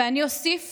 ואני אוסיף